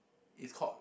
it's called